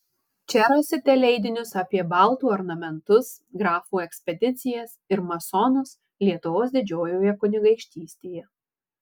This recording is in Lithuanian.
čia rasite leidinius apie baltų ornamentus grafų ekspedicijas ir masonus lietuvos didžiojoje kunigaikštystėje